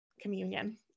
communion